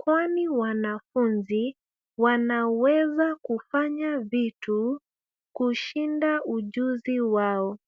kwani wanafunzi wanaweza kufanya vitu kushinda ujuzi wao.